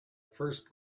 first